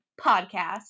podcast